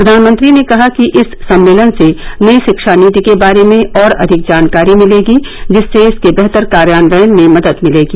प्रधानमंत्री ने कहा कि इस सम्मेलन से नई शिक्षा नीति के बारे में और अधिक जानकारी मिलेगी जिससे इसके बेहतर कार्यान्वयन में मदद मिलेगी